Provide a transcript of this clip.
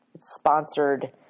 Sponsored